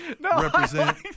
represent